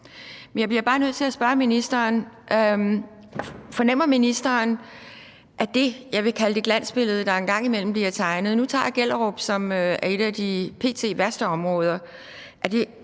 jeg bliver bare nødt til at spørge ministeren: Fornemmer ministeren, at det, jeg vil kalde det glansbillede, der en gang imellem bliver tegnet – nu tager jeg Gjellerup, som er et af de p.t. værste områder –